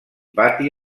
pati